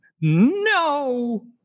No